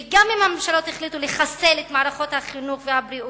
וגם אם הממשלות החליטו לחסל את מערכות החינוך והבריאות,